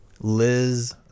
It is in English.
Liz